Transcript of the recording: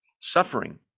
Suffering